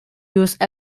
used